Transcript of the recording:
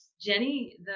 Jenny